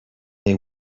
they